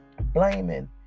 blaming